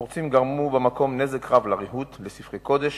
הפורצים גרמו נזק רב לריהוט ולספרי קודש,